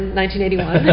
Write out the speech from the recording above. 1981